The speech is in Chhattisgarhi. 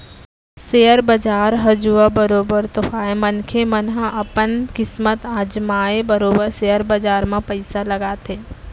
सेयर बजार ह जुआ बरोबर तो आय मनखे मन ह अपन किस्मत अजमाय बरोबर सेयर बजार म पइसा लगाथे